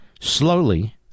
Slowly